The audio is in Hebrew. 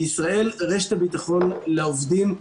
בישראל רשת הביטחון לעובדים,